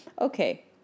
Okay